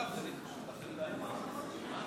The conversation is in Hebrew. בעד,